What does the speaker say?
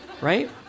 right